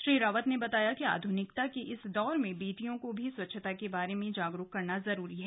श्री रावत ने बताया कि आध्रनिकता के इस दौर में बेटियों को भी स्वच्छता के बारे में जागरूक करना जरूरी है